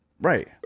Right